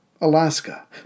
Alaska